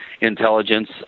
intelligence